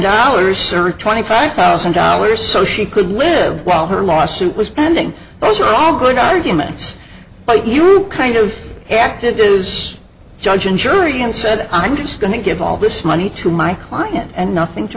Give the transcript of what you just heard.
dollars or twenty five thousand dollars so she could live while her lawsuit was pending those are all good arguments but you kind of acted is judge and jury and said i'm just going to give all this money to my client and nothing to